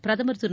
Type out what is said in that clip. பிரதமர் திரு